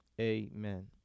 amen